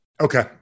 Okay